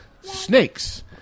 Snakes